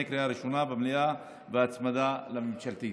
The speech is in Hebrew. קריאה ראשונה במליאה והצמדה לממשלתית.